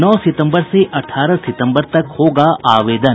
नौ सितम्बर से अठारह सितम्बर तक होगा आवेदन